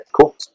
cool